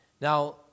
Now